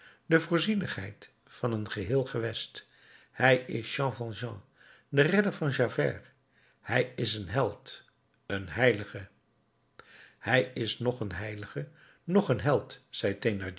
de voorzienigheid van een geheel gewest hij is jean valjean de redder van javert hij is een held een heilige hij is noch een heilige noch een held zei